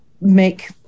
make